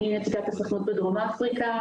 אני נציגת הסוכנות בדרום אפריקה,